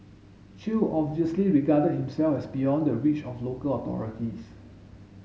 chew obviously regarded himself as beyond the reach of local authorities